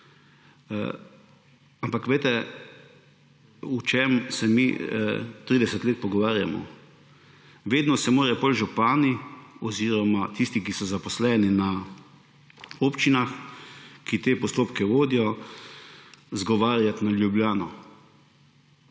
Ampak veste, o čem se mi 30 let pogovarjamo? Vedno se morajo župani oziroma tisti, ki so zaposleni na občinah, ki te postopke vodijo, izgovarjati na Ljubljano.